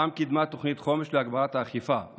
רע"מ קידמה תוכנית חומש להגברת האכיפה,